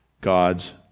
God's